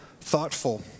thoughtful